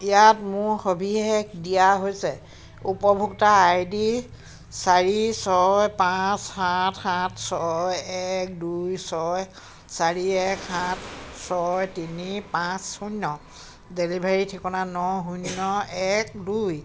ইয়াত মোৰ সবিশেষ দিয়া হৈছে উপভোক্তা আই ডি চাৰি ছয় পাঁচ সাত সাত ছয় এক দুই ছয় চাৰি এক সাত ছয় তিনি পাঁচ শূন্য ডেলিভাৰীৰ ঠিকনা ন শূন্য এক দুই